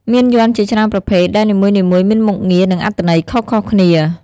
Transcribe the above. មានយ័ន្តជាច្រើនប្រភេទ ដែលនីមួយៗមានមុខងារ និងអត្ថន័យខុសៗគ្នា។